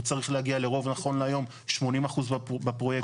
הוא צריך להגיע לרוב נכון להיום 80% בפרויקט.